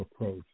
approach